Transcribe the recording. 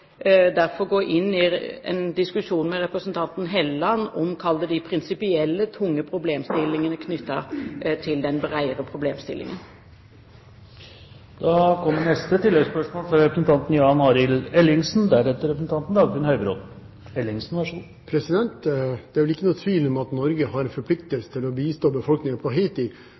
inn i en diskusjon med representanten Helleland om – kall det – de prinsipielle, tunge problemstillingene knyttet til den bredere problemstillingen. Jan Arild Ellingsen – til oppfølgingsspørsmål. Det er vel ikke noen tvil om at Norge har en forpliktelse til å bistå befolkningen på